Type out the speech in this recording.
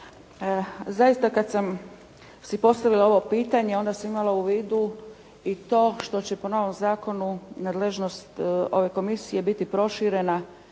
Zaista kad sam si postavila ovo pitanje onda sam imala u vidu i to što će po novom zakonu nadležnost ove Komisije biti proširena,